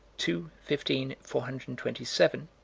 two fifteen four hundred and twenty seven,